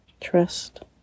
trust